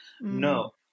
No